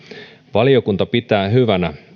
valiokunta pitää hyvänä